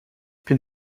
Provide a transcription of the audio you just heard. bin